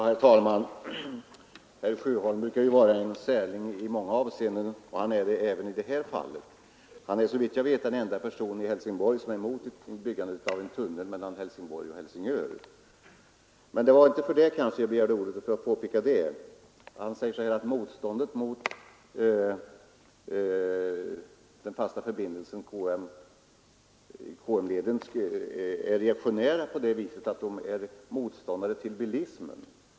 Herr talman! Herr Sjöholm brukar ju vara en särling i många avseenden, och han är det även i det här fallet. Han är såvitt jag vet den enda person i Helsingborg som är mot byggandet av en tunnel mellan Helsingborg och Helsingör. Men jag begärde inte ordet för att påpeka detta. Han säger att motståndarna mot den fasta KM-leden är reaktionära på det sättet att de är motståndare till bilismen.